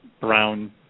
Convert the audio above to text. brown